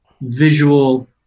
visual